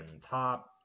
top